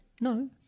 No